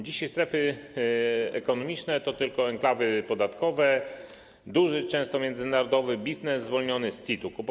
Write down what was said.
Dzisiaj strefy ekonomiczne to tylko enklawy podatkowe, duży, często międzynarodowy biznes zwolniony z CIT-u.